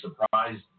surprised